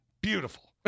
Beautiful